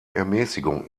ermäßigung